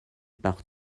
par